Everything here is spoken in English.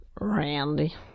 Randy